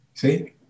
See